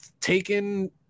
taken